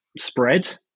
spread